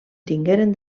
tingueren